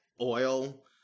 oil